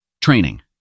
Training